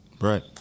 Right